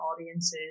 audiences